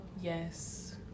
Yes